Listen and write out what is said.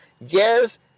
Yes